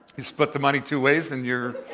you split the money two ways in your.